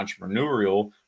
entrepreneurial